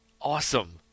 Awesome